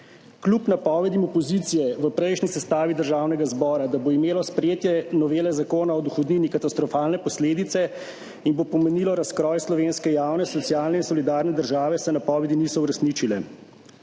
Kljub napovedim opozicije v prejšnji sestavi Državnega zbora, da bo imelo sprejetje novele Zakona o dohodnini katastrofalne posledice in bo pomenilo razkroj slovenske javne, socialne in solidarne države, se napovedi niso uresničile.